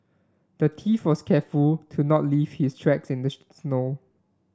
the thief was careful to not leave his tracks in the snow